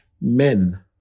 men